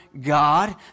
God